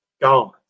Gone